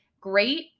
great